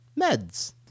Meds